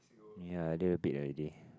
ya I need the bed already